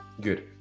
Good